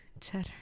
Cheddar